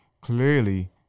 clearly